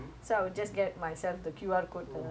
then they say go where or which colour will you put